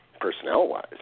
personnel-wise